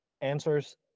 answers